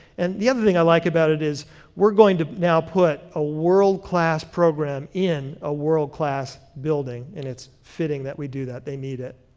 and the other thing i like about it is we're going to now put a world class program in a world class building, and it's fitting that we do that, they need it.